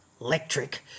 electric